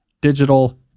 Digital